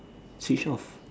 Switch off